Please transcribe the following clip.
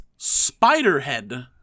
Spiderhead